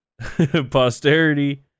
posterity